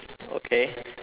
okay